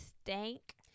stank